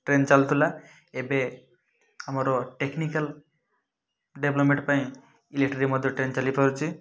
train ଚାଲୁଥିଲା ଏବେ ଆମର ଟେକ୍ନିକାଲ୍ ଡେଭ୍ଲପ୍ମେଣ୍ଟ୍ ପାଇଁ ଇଲେକ୍ଟ୍ରିରେ ମଧ୍ୟ ଟ୍ରେନ୍ ଚାଲିପାରୁଛି